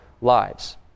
lives